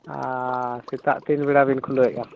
ᱟᱨ ᱥᱮᱛᱟᱜ ᱛᱤᱱ ᱵᱮᱲᱟ ᱵᱮᱱ ᱠᱷᱩᱞᱟᱹᱣᱮᱜᱼᱟ